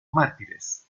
mártires